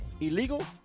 illegal